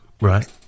Right